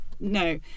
no